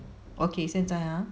okay 现在 ah